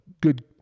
good